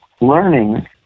learning